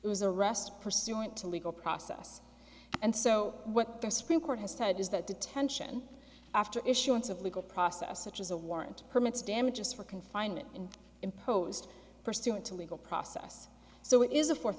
was arrest pursuant to legal process and so what the supreme court has said is that detention after issuance of legal process such as a warrant permits damages for confinement in imposed pursuant to legal process so it is a fo